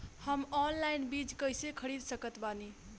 हम ऑनलाइन बीज कइसे खरीद सकत बानी?